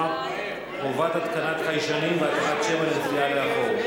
(חובת התקנת חיישנים והתרעת שמע לנסיעה לאחור).